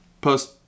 Post